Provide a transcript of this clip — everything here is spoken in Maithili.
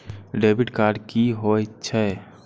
डैबिट कार्ड की होय छेय?